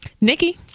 Nikki